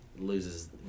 Loses